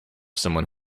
someone